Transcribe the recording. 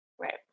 Right